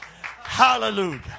Hallelujah